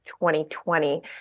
2020